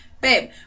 Babe